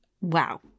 Wow